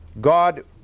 God